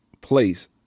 place